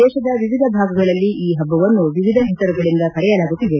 ದೇಶದ ವಿವಿಧ ಭಾಗಗಳಲ್ಲಿ ಈ ಹಬ್ಬವನ್ನು ವಿವಿಧ ಹೆಸರುಗಳಿಂದ ಕರೆಯಲಾಗುತ್ತಿದೆ